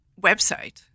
website